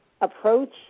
approach